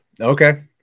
Okay